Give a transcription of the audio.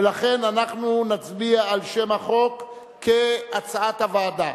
ולכן אנחנו נצביע על שם החוק כהצעת הוועדה.